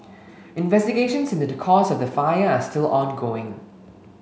investigations into the cause of the fire are still ongoing